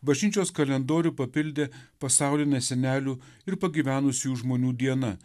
bažnyčios kalendorių papildė pasauline senelių ir pagyvenusiųjų žmonių diena